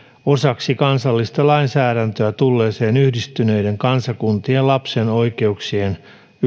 osaksi kansallista lainsäädäntöä tulleeseen yhdistyneiden kansakuntien lapsen oikeuksien